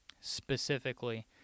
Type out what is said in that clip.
specifically